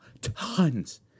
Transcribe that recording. Tons